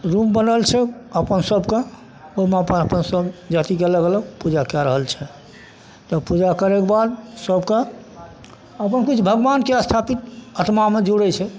room बनल छै अपन सभकेँ ओहिमे अपन अपन जे अथी कएलक अलग अलग पूजा कै रहल छै तऽ पूजा करैके बाद सभकेँ अपन किछु भगवानकेँ स्थापित आत्मामे जुड़ै छै